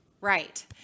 Right